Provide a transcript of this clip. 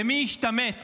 ומי השתמט